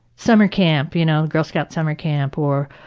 summer camp, you know, girl scout summer camp or,